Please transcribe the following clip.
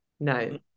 no